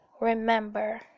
remember